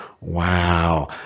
Wow